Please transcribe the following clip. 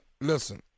listen